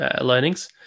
learnings